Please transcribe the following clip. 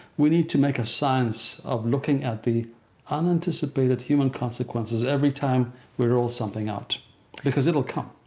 we need to make a science of looking at the unanticipated human consequences every time we roll something out because it'll come.